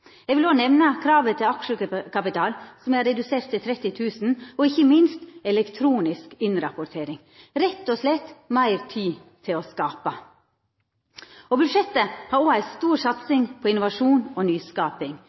Eg vil òg nemna kravet til aksjekapital, som er redusert til 30 000 kr, og ikkje minst elektronisk innrapportering. Det er rett og slett meir tid til å skapa. Budsjettet har òg ei stor satsing på innovasjon og nyskaping.